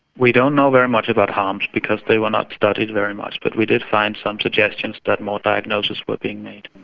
we don't know very much about harms because they were not studied very much. but we did find some suggestions that more diagnoses were being made.